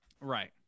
right